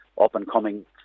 up-and-coming